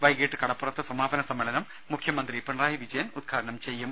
വൈകിട്ട് കട പ്പുറത്ത് സമാപന സമ്മേളനം മുഖ്യമന്ത്രി പിണറായി വിജയൻ ഉദ്ഘാടനം ചെയ്യും